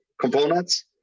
components